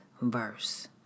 verse